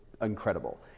incredible